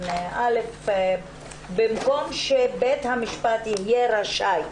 בתי המשפט רשאים